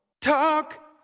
Talk